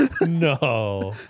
no